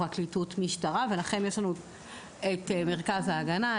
פרקליטות-משטרה ולכן יש לנו את מרכז ההגנה,